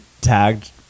tagged